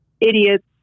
idiots